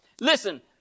Listen